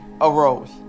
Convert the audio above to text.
arose